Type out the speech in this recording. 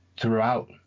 throughout